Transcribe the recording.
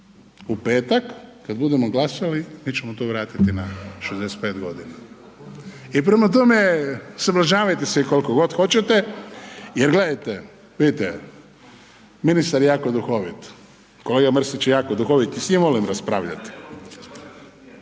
U petak kada budemo glasali mi ćemo to vratiti na 65 godina. I prema tome, sablažnjavajte se koliko god hoćete jer gledajte vidite ministar je jako duhovit, kolega Mrsić je jako duhovit i s njim volim raspravljati.